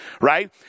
right